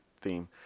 theme